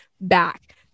back